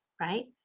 right